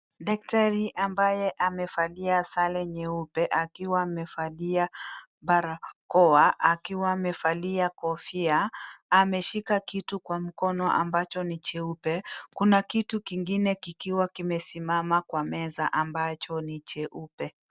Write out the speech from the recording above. Daktari ambaye amevalia sare nyeupe akiwa amevalia barakoa , akiwa amevalia kofia ameshika kitu kwa mkono ambacho ni jeupe. Kuna kitu kingine kikiwa kimesimama kwa meza ambacho ni jeupe.